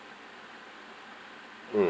mm